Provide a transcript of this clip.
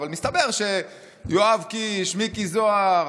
אבל מסתבר שיואב קיש, מיקי זוהר,